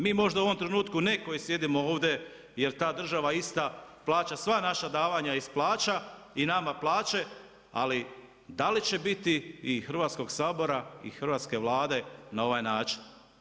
Mi možda u ovom trenutku ne koji sjedimo ovdje jer ta država ista plaća sva naša davanja iz plaća i nama plaće, ali, da li će biti i Hrvatskog sabora i Hrvatske vlade na ovaj način?